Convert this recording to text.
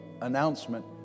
announcement